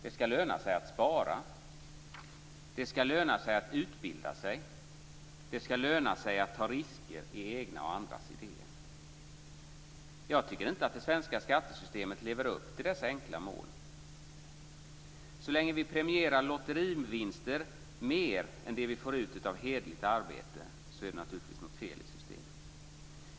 · Det ska löna sig att spara. · Det ska löna sig att utbilda sig. · Det ska löna sig att ta risker när det gäller egna och andras idéer. Jag tycker inte att det svenska skattesystemet lever upp till dessa enkla mål. Så länge vi premierar lotterivinster mer än det vi får ut av hederligt arbete är det naturligtvis något fel i systemet.